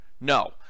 No